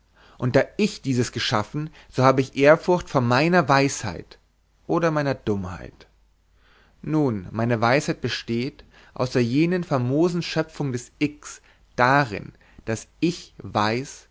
und da ich dieses geschaffen so habe ich ehrfurcht vor meiner weisheit oder meiner dummheit nun meine weisheit besteht außer jener famosen schöpfung des x darin daß ich weiß